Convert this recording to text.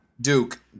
Duke